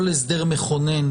כל הסדר מכונן